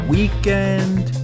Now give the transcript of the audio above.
Weekend